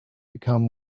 become